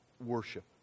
worship